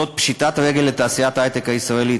זאת פשיטת רגל של תעשיית ההיי-טק הישראלית.